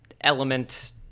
element